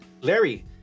Larry